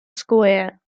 square